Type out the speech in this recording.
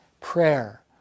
prayer